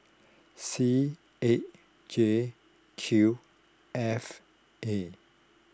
C eight J Q F A